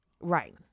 right